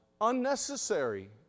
unnecessary